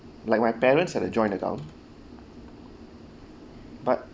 like my parents had a joint account but